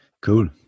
Cool